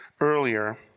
earlier